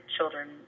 children